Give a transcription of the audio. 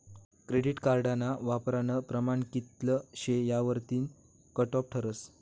credit कार्डना वापरानं प्रमाण कित्ल शे यावरतीन कटॉप ठरस